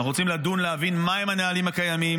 אנחנו רוצים לדון ולהבין מהם הנהלים הקיימים